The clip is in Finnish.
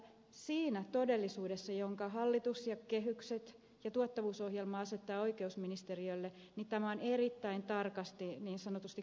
siinä todellisuudessa jonka hallitus ja kehykset ja tuottavuusohjelma asettavat oikeusministeriölle tämä on erittäin tarkasti niin sanotusti kultavaaalla punnittu